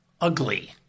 ugly